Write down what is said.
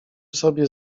sobie